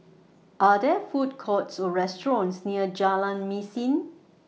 Are There Food Courts Or restaurants near Jalan Mesin